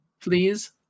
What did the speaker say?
Please